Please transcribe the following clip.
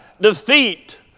defeat